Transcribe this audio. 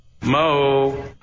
Mo